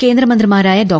കേന്ദ്ര മന്ത്രിമാരായ ഡോ